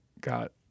got